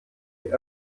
die